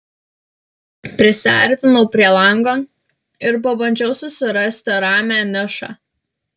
prisiartinau prie lango ir pabandžiau susirasti ramią nišą